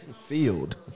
Field